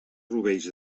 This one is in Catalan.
rovells